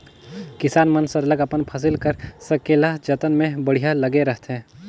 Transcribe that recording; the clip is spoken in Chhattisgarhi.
किसान मन सरलग अपन फसिल कर संकेला जतन में बड़िहा लगे रहथें